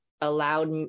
Allowed